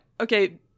okay